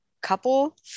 couple